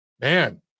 man